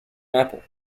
apple